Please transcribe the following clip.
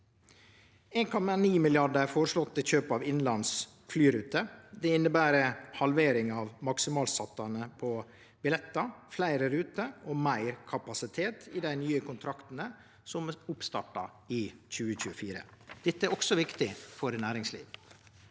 1,9 mrd. kr er føreslått til kjøp av innanlands flyruter. Det inneber halvering av maksimaltakstane på billettar, fleire ruter og meir kapasitet i dei nye kontraktane, med oppstart i 2024. Dette er også viktig for næringslivet.